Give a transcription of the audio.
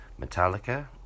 Metallica